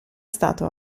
stato